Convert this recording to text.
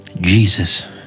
Jesus